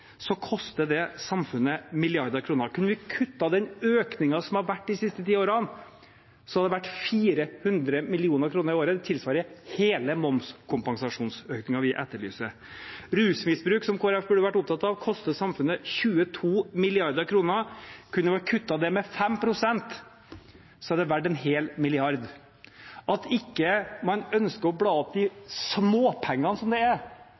koster det samfunnet milliarder av kroner. Kunne vi kuttet den økningen som har vært de siste ti årene, hadde det tilsvart 400 mill. kr i året. Det tilsvarer hele momskompensasjonsøkningen vi etterlyser. Rusmisbruk, som Kristelig Folkeparti burde vært opptatt av, koster samfunnet 22 mrd. kr. Kunne vi kuttet det med 5 pst., hadde det vært verdt en hel milliard. At man ikke ønsker å bla opp de småpengene som det er,